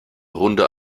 runde